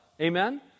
amen